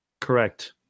Correct